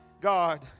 God